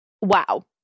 wow